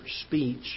speech